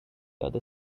other